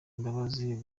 imbabazi